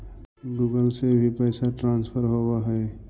Google से भी पैसा ट्रांसफर होवहै?